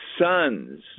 sons